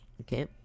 Okay